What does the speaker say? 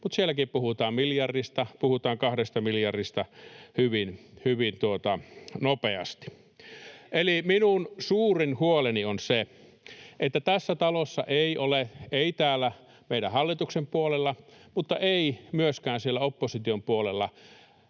mutta sielläkin puhutaan miljardista tai kahdesta miljardista hyvin nopeasti. Eli minun suurin huoleni on se, että tässä talossa ei ole — ei täällä meidän hallituksen puolella mutta ei myöskään siellä opposition puolella